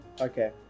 Okay